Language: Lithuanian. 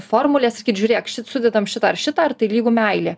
formulės sakyt žiūrėk šit sudedame šitą ar šitą ar tai lygu meilė